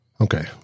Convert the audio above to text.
Okay